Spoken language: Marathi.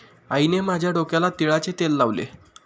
आईने माझ्या डोक्याला तिळाचे तेल लावले